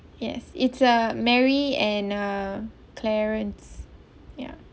yes it's a mary and uh clarence ya